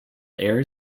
air